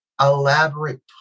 elaborate